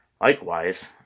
Likewise